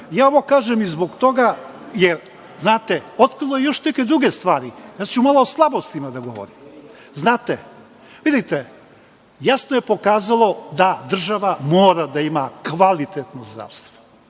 kažem i zbog toga, jer znate, otkrilo je još neke druge stvari. Malo ću o slabostima da govorim. Vidite, jasno je pokazalo da država mora da ima kvalitetno zdravstvo.